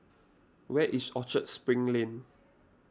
where is Orchard Spring Lane